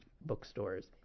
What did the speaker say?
bookstores